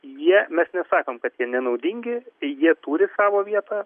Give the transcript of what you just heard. jie mes nesakom kad jie nenaudingi jie turi savo vietą